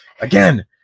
again